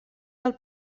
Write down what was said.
del